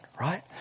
right